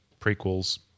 prequels